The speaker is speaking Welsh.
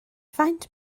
faint